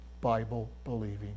Bible-believing